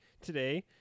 today